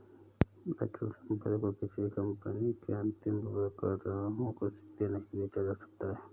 अचल संपत्ति को किसी कंपनी के अंतिम उपयोगकर्ताओं को सीधे नहीं बेचा जा सकता है